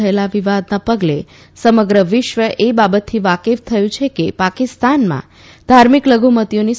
થયેલા વિવાદના પગલે સમગ્ર વિશ્વ એ બાબતથી વાકેફ થયું છે કે પાકિસ્તાનમાં ધાર્મિક લઘુમતીઓની સતામણી થાય છે